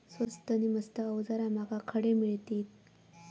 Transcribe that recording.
स्वस्त नी मस्त अवजारा माका खडे मिळतीत?